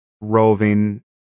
roving